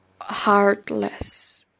heartless